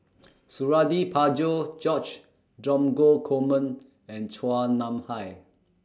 Suradi Parjo George Dromgold Coleman and Chua Nam Hai